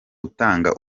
utanga